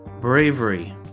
bravery